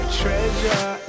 treasure